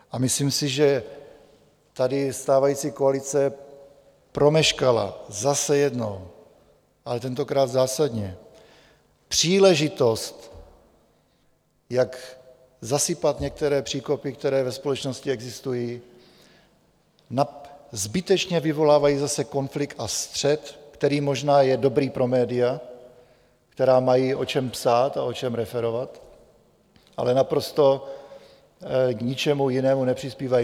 A myslím si, že tady stávající koalice promeškala zase jednou, ale tentokrát zásadně, příležitost, jak zasypat některé příkopy, které ve společnosti existují, zbytečně vyvolávají zase konflikt a střet, který je možná dobrý pro média, která mají o čem psát a o čem referovat, ale naprosto k ničemu jinému nepřispívají.